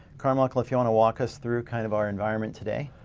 carmichael, if you wanna walk us through kind of, our environment today.